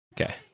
okay